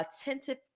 attentive